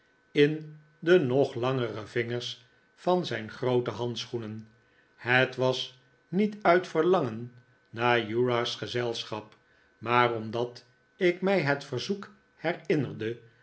in de nog langere vingers van zijn groote handschoenen het was niet uit verlangen naar uriah's gezelschap maar omdat ik mij het verzoek herinnerde